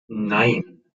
nein